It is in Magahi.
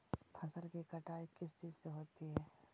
फसल की कटाई किस चीज से होती है?